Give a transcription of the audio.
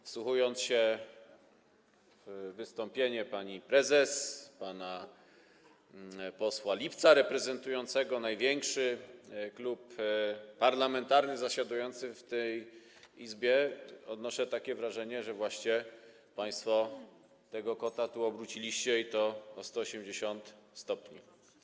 Wsłuchując się w wystąpienie pani prezes, pana posła Lipca reprezentującego największy klub parlamentarny zasiadający w tej Izbie, odnoszę wrażenie, że państwo tego kota tu obróciliście, i to o 180 stopni.